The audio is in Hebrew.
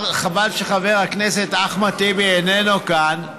חבל שחבר הכנסת אחמד טיבי איננו כאן,